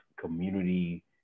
community